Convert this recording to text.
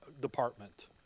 department